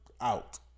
Out